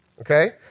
Okay